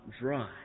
dry